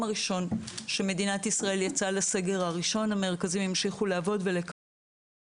הראשון שמדינת ישראל יצאה לסגר הראשון הם המשיכו לעבוד ולקבל